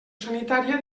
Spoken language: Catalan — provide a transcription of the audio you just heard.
sanitària